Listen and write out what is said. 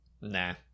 Nah